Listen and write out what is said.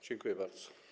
Dziękuję bardzo.